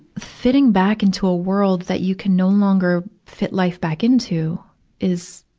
fitting back into a world that you can no longer fit life back into is,